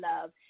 love